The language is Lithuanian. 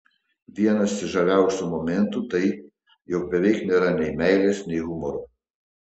vienas iš žaviausių momentų tai jog beveik nėra nei meilės nei humoro